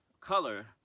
color